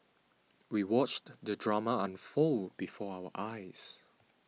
we watched the drama unfold before our eyes